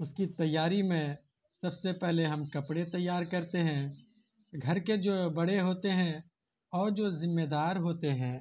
اس کی تیاری میں سب سے پہلے ہم کپڑے تیار کرتے ہیں گھر کے جو بڑے ہوتے ہیں اور جو ذمےدار ہوتے ہیں